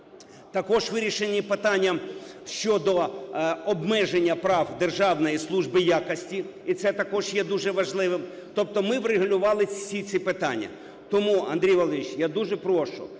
Також вирішені питання щодо обмеження прав Державної служби якості, і це також є дуже важливим. Тобто ми врегулювали всі ці питання. Тому, Андрій Володимирович, я дуже прошу